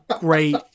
great